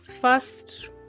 First